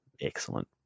excellent